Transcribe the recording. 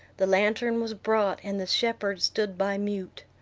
the lantern was brought, and the shepherds stood by mute.